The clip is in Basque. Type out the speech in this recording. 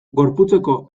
gorputzeko